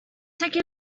take